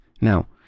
now